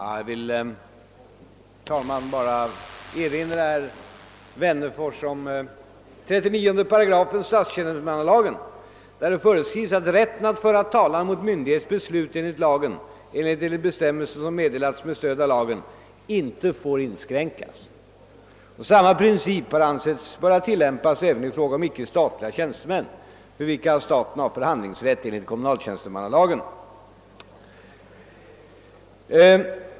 Herr talman! Jag vill bara erinra herr Wennerfors om 39 8 statstjänstemannalagen, där det föreskrivs att rätten att föra talan mot myndighets beslut enligt lagen eller enligt bestämmelse som meddelats med stöd av lagen inte får inskränkas. Samma princip har ansetts böra tillämpas även i fråga om icke statliga tjänstemän, för vilka staten har förhandlingsrätt enligt kommunaltjänstemannalagen.